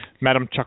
Madam